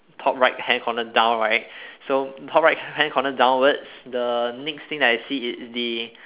top right hand corner down right so top right hand corner downwards the next thing that I see is the